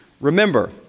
remember